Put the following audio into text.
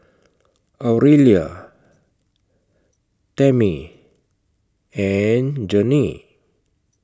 Aurelia Tammy and Gennie